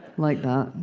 like that.